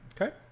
Okay